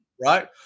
right